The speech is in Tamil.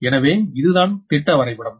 எனவே இதுதான் திட்ட வரைபடம்